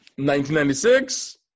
1996